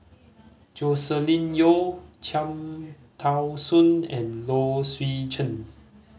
Joscelin Yeo Cham Tao Soon and Low Swee Chen